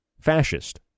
fascist